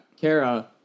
Kara